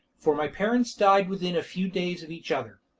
for my parents died within a few days of each other.